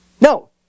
No